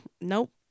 Nope